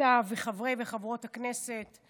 אתה וחברי וחברות הכנסת.